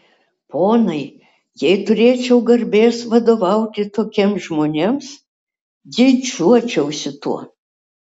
ponai jei turėčiau garbės vadovauti tokiems žmonėms didžiuočiausi tuo